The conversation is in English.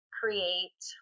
create